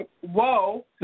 Whoa